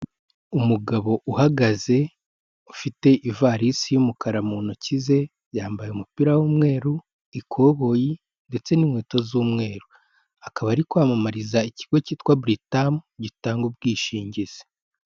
Umugabo uhagaze ufite ivarisi y'umukara mu ntoki ze, yambaye umupira w'umweru, ikoboyi ndetse n'inkweto z'umweru akaba ari kwamamariza ikigo cyitwa buritamu gitanga ubwishingizi.